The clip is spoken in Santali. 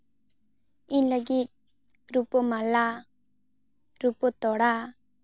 ᱤᱧ ᱞᱟᱹᱜᱤᱫ ᱨᱩᱯᱟᱹ ᱢᱟᱞᱟ ᱨᱩᱯᱟᱹ ᱛᱚᱲᱟ